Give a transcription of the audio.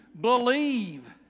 believe